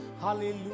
hallelujah